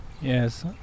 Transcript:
yes